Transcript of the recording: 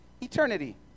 eternity